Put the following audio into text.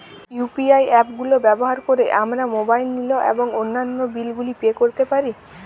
UPI app গুলো ব্যবহার করে আমরা মোবাইল নিল এবং অন্যান্য বিল গুলি পে করতে পারি